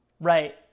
Right